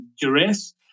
duress